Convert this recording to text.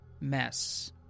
mess